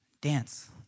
Dance